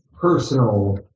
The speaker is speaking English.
personal